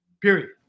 Period